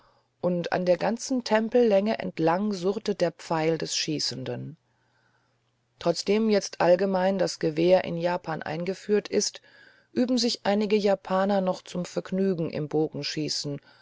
und an der ganzen tempellänge entlang surrte der pfeil des schießenden trotzdem jetzt allgemein das gewehr in japan eingeführt ist üben sich einige japaner noch zum vergnügen im bogenschießen